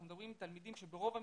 אנחנו מדברים על תלמידים שברוב המקרים,